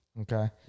Okay